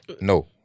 No